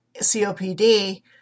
COPD